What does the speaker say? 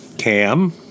Cam